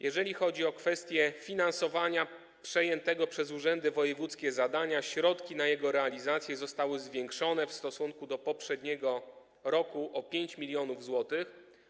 Jeżeli chodzi o kwestie finansowania przejętego przez urzędy wojewódzkie zadania, środki na jego realizację zostały zwiększone w stosunku do poprzedniego roku o 5 mln zł.